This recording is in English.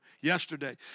yesterday